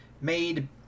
made